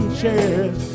chairs